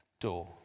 door